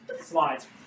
slides